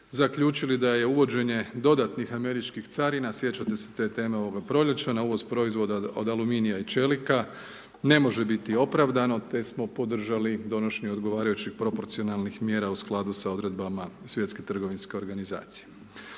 Zaključili da je uvođenje dodatnih američkih carina, sjećate se te teme ovoga proljeća, na uvoz proizvoda od aluminija i čelika, ne može biti opravdano, te smo podržali donošenje odgovarajućih proporcionalnih mjera u skladu sa odredbama Svjetske trgovinske organizacije.